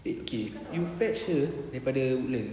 okay you fetch her daripada woodlands